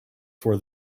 for